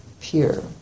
pure